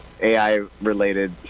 AI-related